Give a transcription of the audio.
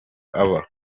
aba